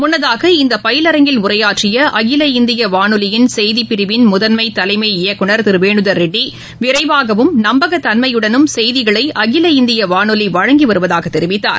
முன்னதாக இந்தபயிலரங்கில் உரையாற்றியஅகில இந்தியவானொலியின் செய்திப்பிரிவின் முதன்மதலைமை இயக்குனர் திருவேனுதர்ரெட்டி விரைவாகவும் நம்பகத்தன்மையுடனும் செய்திகளைஅகில இந்தியவானொலிவழங்கிவருவதாகதெரிவித்தார்